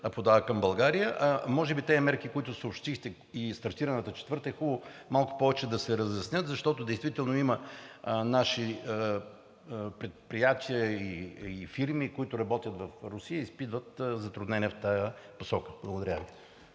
подава към България. Може би тези мерки, които съобщихте – и стартираната четвърта, е хубаво малко повече да се разяснят, защото действително има наши предприятия и фирми, които работят в Русия и изпитват затруднения в тази посока. Благодаря Ви.